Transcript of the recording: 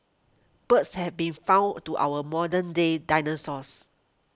birds have been found to our modern day dinosaurs